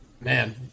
man